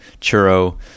churro